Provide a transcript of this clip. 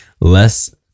less